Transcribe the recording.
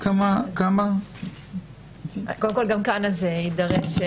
גם כאן יידרש,